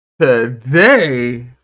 Today